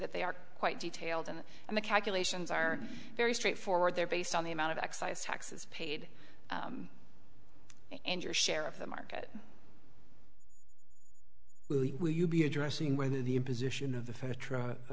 that they are quite detailed and and the calculations are very straightforward there based on the amount of excise taxes paid and your share of the market will you be addressing whether the imposition of